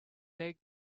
take